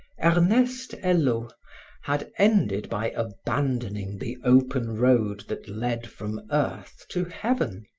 ernest hello had ended by abandoning the open road that led from earth to heaven.